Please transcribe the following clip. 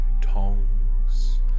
tongs